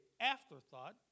afterthought